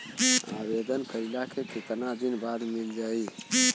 आवेदन कइला के कितना दिन बाद मिल जाई?